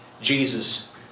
Jesus